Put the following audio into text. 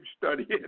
studying